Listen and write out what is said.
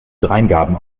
dreingaben